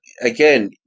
again